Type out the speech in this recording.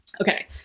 Okay